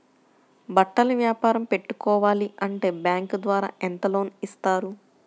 బట్టలు వ్యాపారం పెట్టుకోవాలి అంటే బ్యాంకు ద్వారా ఎంత లోన్ ఇస్తారు?